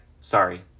sorry